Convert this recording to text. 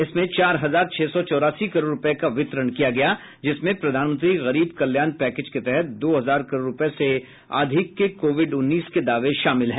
इसमें चार हजार छह सौ चौरासी करोड़ रुपये का वितरण किया गया जिसमें प्रधानमंत्री गरीब कल्याण पैकेज के तहत दो हजार करोड रुपये से अधिक के कोविड उन्नीस के दावे शामिल हैं